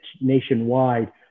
nationwide